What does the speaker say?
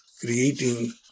creating